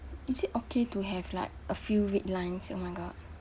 is it okay to have like a few red lines oh my god